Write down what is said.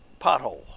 pothole